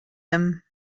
him